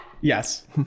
Yes